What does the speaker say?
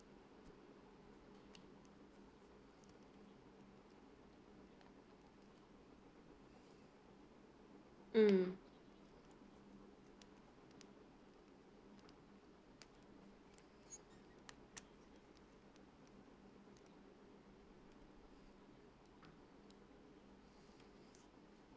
mm